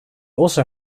also